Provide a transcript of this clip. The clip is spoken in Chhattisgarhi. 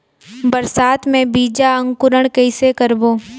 बरसात मे बीजा अंकुरण कइसे करबो?